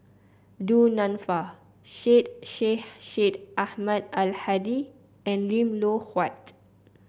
Du Nanfa Syed Sheikh Syed Ahmad Al Hadi and Lim Loh Huat